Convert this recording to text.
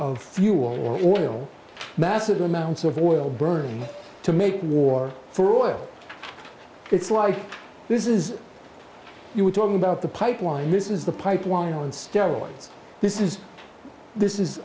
of fuel or oil massive amounts of oil burning to make war for oil it's like this is you were talking about the pipeline this is the pipeline on steroids this is this is